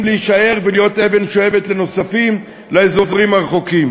להישאר ולהיות אבן שואבת לנוספים לאזורים הרחוקים.